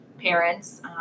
parents